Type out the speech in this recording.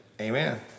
amen